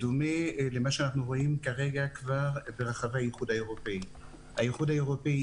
בדומה למה שאנו רואים כרגע ברחבי האיחוד האירופאי - האיחוד האירופאי